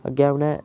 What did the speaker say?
अग्गै उ'नें